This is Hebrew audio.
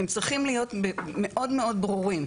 הם צריכים להיות מאוד מאוד ברורים.